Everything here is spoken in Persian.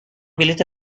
بلیط